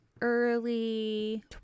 early